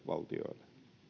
valtioille